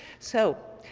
so,